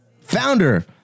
Founder